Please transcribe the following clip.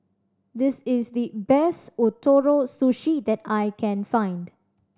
this is the best Ootoro Sushi that I can find